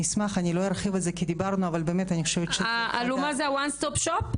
אלומה זה One Stop Shop?